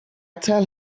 tell